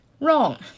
Wrong